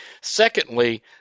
Secondly